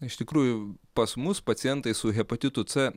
iš tikrųjų pas mus pacientai su hepatitu c